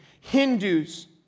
Hindus